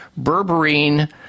Berberine